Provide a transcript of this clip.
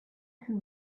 who